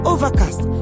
Overcast